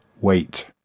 Wait